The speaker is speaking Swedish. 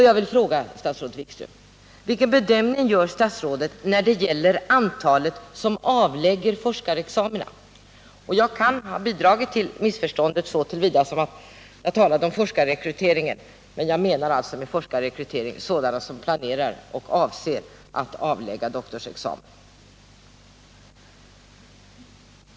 Jag vill fråga statsrådet Wikström: Vilken bedömning gör statsrådet när det gäller studerande som avlägger forskarexamen? Jag kan ha bidragit till missförståndet så till vida som jag talade om forskarrekrytering. När jag talar om ”forskarrekrytering” menar jag alltså sådana som planerar och avser att avlägga doktorsexamen.